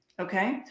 Okay